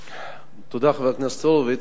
תודה, חבר הכנסת הורוביץ.